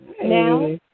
now